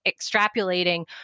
extrapolating